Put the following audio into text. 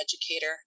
educator